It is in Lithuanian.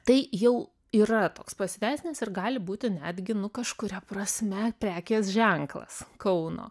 tai jau yra toks pasiteisinęs ir gali būti netgi nu kažkuria prasme prekės ženklas kauno